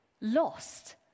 lost